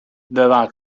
devant